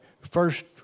first